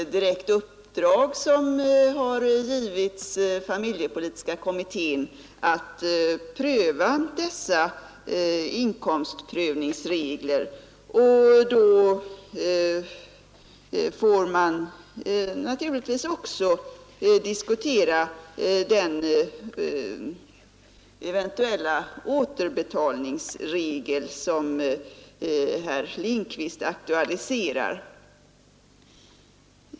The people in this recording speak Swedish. Vad som sägs är fakta i målet: familjepolitiska kommittén har ett direkt uppdrag att se över inkomstprövningsreglerna, och då får kommittén också diskutera den eventuella återbetalningsregel som herr Lindkvist aktualiserar.